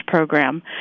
Program